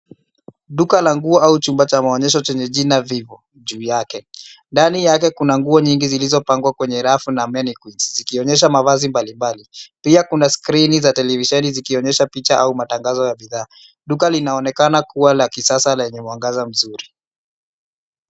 Duka la nguo au chumba cha maonyesho chenye jina Vivo juu yake. Ndani yake kuna nguo nyingi zilizopangwa kwenye rafu na mannequins zikionyesha mavazi mbalimbali. Pia kuna skrini za televisheni zikionyesha picha au matangazo ya bidhaa. Duka linaonekana kuwa la kisasa lenye mwangaza mzuri.